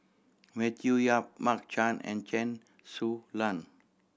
Matthew Yap Mark Chan and Chen Su Lan